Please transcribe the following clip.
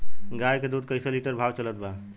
गाय के दूध कइसे लिटर भाव चलत बा?